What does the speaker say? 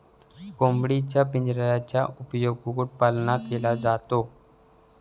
कोंबडीच्या पिंजऱ्याचा उपयोग कुक्कुटपालनात केला जातो